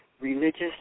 religious